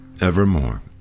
evermore